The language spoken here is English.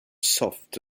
soft